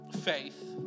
faith